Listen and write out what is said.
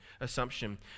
assumption